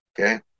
Okay